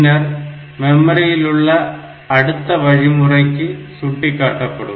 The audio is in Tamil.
பின்னர் மெமரியில் உள்ள அடுத்த வழிமுறைக்கு சுட்டிகாட்டப்படும்